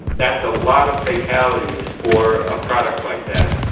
that's a lot of fatalities for a product like that.